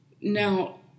Now